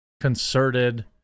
concerted